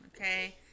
okay